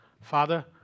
Father